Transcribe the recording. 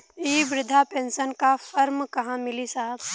इ बृधा पेनसन का फर्म कहाँ मिली साहब?